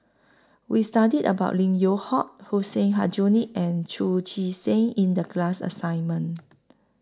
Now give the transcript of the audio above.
We studied about Lim Yew Hock Hussein Aljunied and Chu Chee Seng in The class assignment